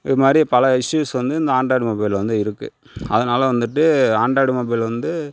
இதுமாதிரி பல இஸ்யூஸ் வந்து இந்த ஆண்ட்ராய்டு மொபைலில் வந்து இருக்குது அதனால வந்துட்டு ஆண்ட்ராய்டு மொபைல் வந்து